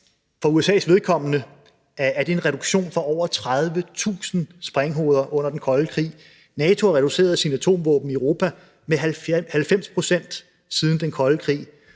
For USA’s vedkommende er det en reduktion af på over 30.000 sprænghoveder under den kolde krig. NATO har reduceret sine atomvåben i Europa med 90 pct. siden den kolde krig.